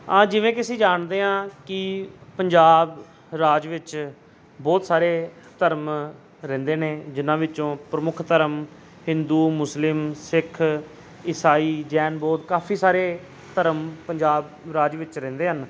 ਹਾਂ ਜਿਵੇਂ ਕਿ ਅਸੀਂ ਜਾਣਦੇ ਹਾਂ ਕਿ ਪੰਜਾਬ ਰਾਜ ਵਿੱਚ ਬਹੁਤ ਸਾਰੇ ਧਰਮ ਰਹਿੰਦੇ ਨੇ ਜਿੰਨ੍ਹਾਂ ਵਿੱਚੋਂ ਪ੍ਰਮੁੱਖ ਧਰਮ ਹਿੰਦੂ ਮੁਸਲਿਮ ਸਿੱਖ ਈਸਾਈ ਜੈਨ ਬੋਧ ਕਾਫ਼ੀ ਸਾਰੇ ਧਰਮ ਪੰਜਾਬ ਰਾਜ ਵਿੱਚ ਰਹਿੰਦੇ ਹਨ